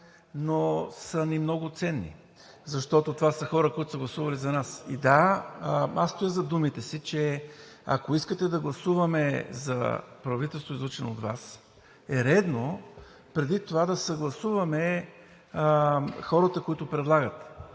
но са ни много ценни, защото това са хора, които са гласували за нас. И, да, аз стоя зад думите си, че, ако искате да гласуваме за правителство, излъчено от Вас, е редно преди това да съгласуваме хората, които предлагате.